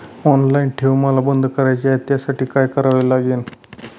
Online ठेव मला बंद करायची आहे, त्यासाठी काय करावे लागेल?